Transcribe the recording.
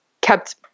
kept